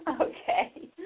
Okay